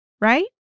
right